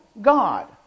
God